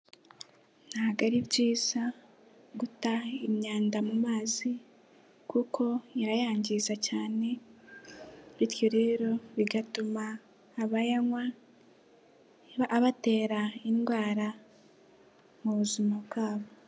Ntabwo ari byiza guta imyanda mu mazi kuko irayangiza cyane, bityo rero bigatuma abayanywa abatera indwara mu buzima bwabo.